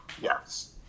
yes